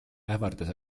ähvardas